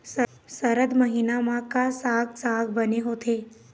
सरद महीना म का साक साग बने होथे?